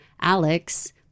alex